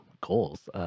goals